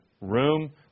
room